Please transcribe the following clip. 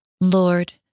Lord